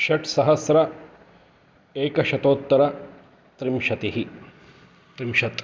षट्सहस्रम् एकशतोत्तरत्रिंशतिः त्रिंशत्